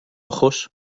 ojos